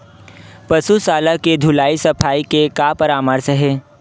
पशु शाला के धुलाई सफाई के का परामर्श हे?